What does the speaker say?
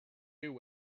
going